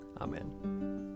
Amen